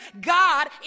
God